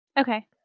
Okay